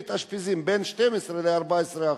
מתאשפזים בין 12% ל-14%.